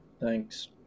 Thanks